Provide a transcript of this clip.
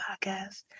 podcast